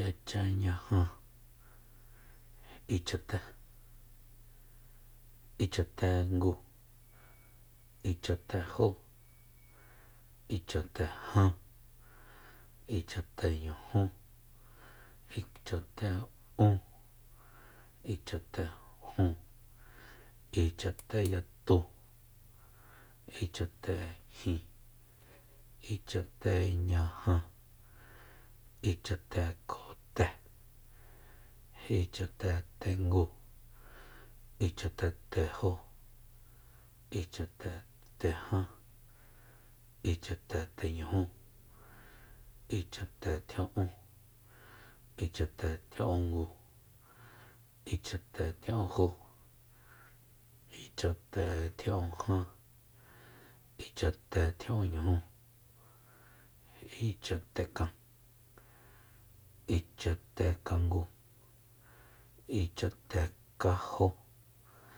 yachanñaja ichaté ichatengu ichatejó ichatejan ichateñujú ichate'ún ichatejun ichateyatu ichatejin ichateñaja ichatekjote ichatetengu ichatetejó ichatetejan ichateteñujú ichatetjia'un ichatetjia'ungu ichatetjia'unjó ichatetjia'unjan ichatetjia'unñujú ichatekan ichatekangu ichatekajo